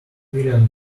million